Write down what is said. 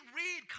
read